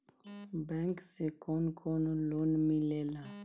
Bank से कौन कौन लोन मिलेला?